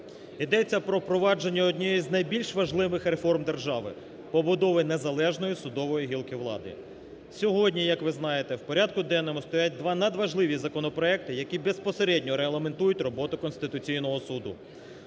Йдеться про впровадження однієї з найбільш важливих реформ держави – побудови незалежної судової гілки влади. Сьогодні, як ви знаєте, в порядку денному стоять надважливі законопроекти, які безпосередньо регламентують роботу Конституційного Суду.